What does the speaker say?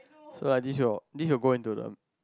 so this will this will go into the